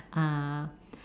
uh